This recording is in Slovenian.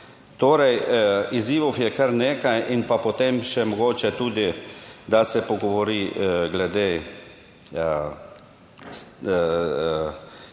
Torej, izzivov je kar nekaj in pa potem še mogoče tudi, da se pogovori glede